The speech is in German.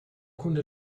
kunde